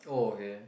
oh okay